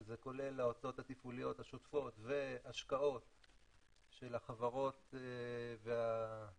שזה כולל ההוצאות התפעוליות השוטפות וההשקעות של החברות והשותפויות,